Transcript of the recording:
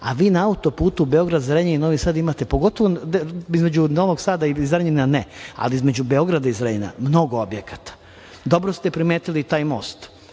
Vi na auto-putu Beograd – Zrenjanin – Novi Sad, pogotovo između Novog Sada i Zrenjanina ne, ali između Beograda i Zrenjanina mnogo objekata. Dobro ste primetili taj most.